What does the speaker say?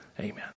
Amen